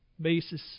basis